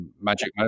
magic